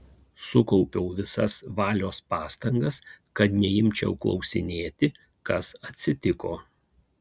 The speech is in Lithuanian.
sukaupiau visas valios pastangas kad neimčiau klausinėti kas atsitiko